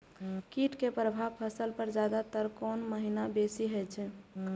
कीट के प्रभाव फसल पर ज्यादा तर कोन महीना बेसी होई छै?